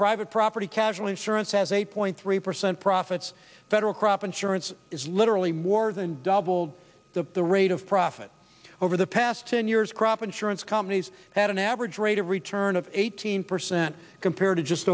private property casualty insurance has eight point three percent profits federal crop insurance is literally more than doubled the rate of profit over the past ten years crop insurance companies had an average rate of return of eighteen percent compared to just